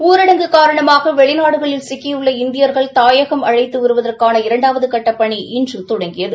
ஊரடங்கு காரணமாக வெளிநாடுகளில் சிக்கியுள்ள இந்தியா்கள் தாயாகம் அனழத்து வருவதற்கான இரண்டாவது கட்ட பணி இன்று தொடங்கியது